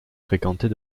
fréquentés